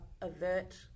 avert